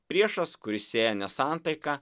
priešas kuris sėja nesantaiką